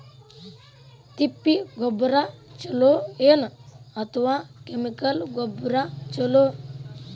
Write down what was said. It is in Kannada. ತಿಪ್ಪಿ ಗೊಬ್ಬರ ಛಲೋ ಏನ್ ಅಥವಾ ಕೆಮಿಕಲ್ ಗೊಬ್ಬರ ಛಲೋ?